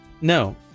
No